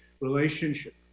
relationship